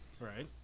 Right